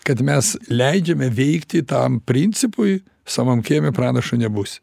kad mes leidžiame veikti tam principui savam kieme pranašu nebūsi